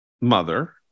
mother